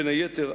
בין היתר,